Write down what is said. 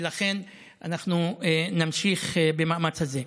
ולכן אנחנו נמשיך במאמץ הזה.